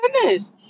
goodness